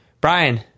Brian